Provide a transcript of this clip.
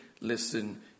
listen